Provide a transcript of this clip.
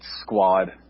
squad